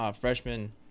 freshman